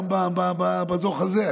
גם בדוח הזה,